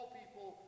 people